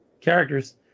characters